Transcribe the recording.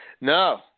No